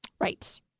right